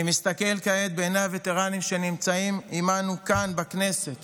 אני מסתכל כעת בעיני הווטרנים שנמצאים עימנו כאן היום בכנסת